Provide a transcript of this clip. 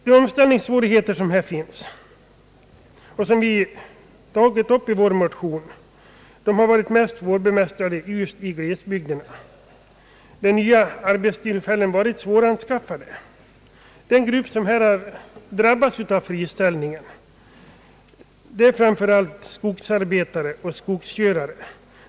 De omställningssvårigheter som här finns och som vi tagit upp i vår motion har varit mest svårbemästrade just i glesbygderna, där nya arbetstillfällen varit svåranskaffade. Den grupp som här har drabbats av friställningen är framför allt skogsarbetare och skogskörare.